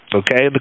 okay